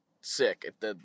sick